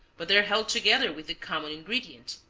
but they're held together with the common ingredient,